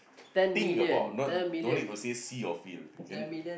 think about no don't need to say see or feel